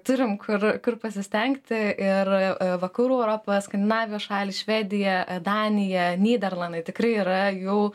turim kur kur pasistengti ir vakarų europoje skandinavijos šalys švedija danija nyderlandai tikrai yra jau